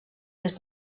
més